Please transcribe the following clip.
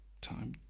time